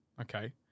okay